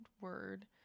word